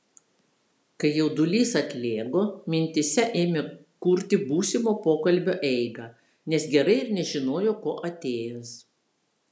kai jaudulys atlėgo mintyse ėmė kurti būsimo pokalbio eigą nes gerai ir nežinojo ko atėjęs